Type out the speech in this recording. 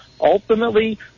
Ultimately